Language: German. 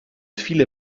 viele